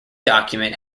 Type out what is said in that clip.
document